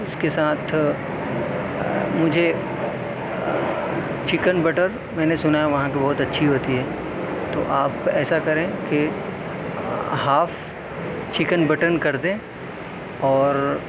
اس کے ساتھ مجھے چکن بٹر میں نے سنا ہے وہاں کی بہت اچھی ہوتی ہے تو آپ ایسا کریں کہ ہاف چکن بٹر کر دیں اور